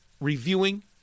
reviewing